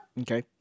Okay